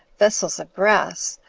vessels of brass,